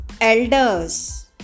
elders